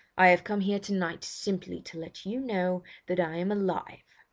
i have come here tonight simply to let you know that i am alive,